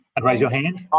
and raise your hand.